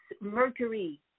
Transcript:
mercury